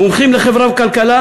מומחים לחברה וכלכלה